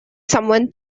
someone